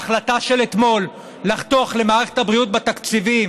ההחלטה של אתמול לחתוך למערכת הבריאות בתקציבים,